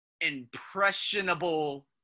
impressionable